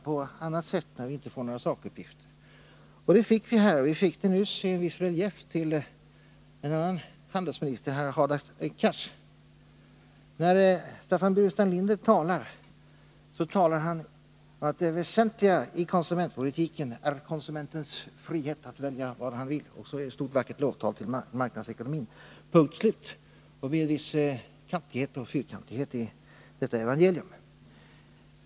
Och det fick vi nyss genom Hadar Cars anförande som gav en viss relief åt vad handelsministern sade. Staffan Burenstam Linder talar om att det väsentliga i konsumentpolitiken är konsumentens frihet att välja vad han vill ha, och så följer ett vackert lovtal till marknadsekonomin. Punkt och slut. Det är en viss kantighet i detta evangelium.